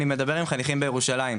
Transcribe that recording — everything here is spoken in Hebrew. אני מדבר עם חניכים בירושלים,